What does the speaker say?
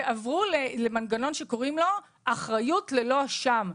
ועברו לעבר מנגנון שקוראים לו אחריות ללא אשם.